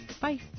Bye